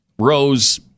rose